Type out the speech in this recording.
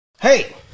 hey